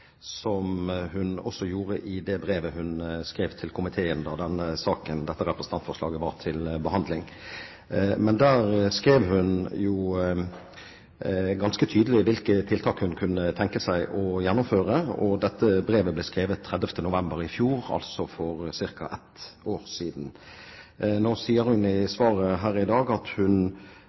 som hun gjorde i det brevet hun skrev til komiteen da dette representantforslaget var til behandling. Men der skrev hun jo ganske tydelig hvilke tiltak hun kunne tenke seg å gjennomføre, og dette brevet ble skrevet 30. november i fjor, altså for ca. ett år siden. Nå sier hun i svaret her i dag at hun